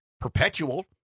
perpetual